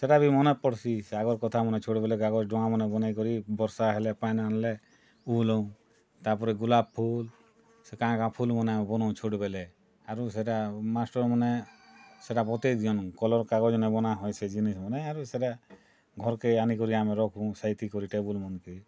ସେଇଟା ବି ମନେ ପଡ଼ସି ସେ ଆଗର୍ କଥା ମାନେ ଛୋଟ୍ ବେଲେ କାଗଜ ଡଙ୍ଗା ମାନେ ବନାଇକରି ବର୍ଷା ହେଲେ ପାଏନ୍ ଆନଲେ ଉହଲଉଁ ତା'ପରେ ଗୁଲାପ୍ ଫୁଲ୍ ସେ କାଏଁ କାଏଁ ଫୁଲ୍ ବନଉଁ ଛୋଟ୍ ବେଲେ ଆରୁ ସେଇଟା ମାଷ୍ଟର୍ ମାନେ ସେଇଟା ବତାଇ ଦିଅନ୍ କଲର୍ କାଗଜନେ ବନାହୋଏ ସେ ଜିନିଷ ମାନେ ଆରୁ ସେଇଟା ଘରକେ ଆନିକରି ଆମେ ରଖୁଁ ସାଇତି କରି ଟେବୁଲ୍ ମାନକେ